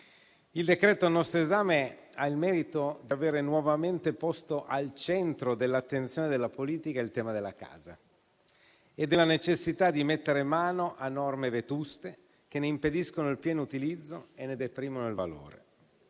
Il decreto-legge al nostro esame ha il merito di avere nuovamente posto al centro dell'attenzione della politica il tema della casa e della necessità di mettere mano a norme vetuste che ne impediscono il pieno utilizzo e ne deprimono il valore.